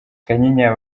kanyinya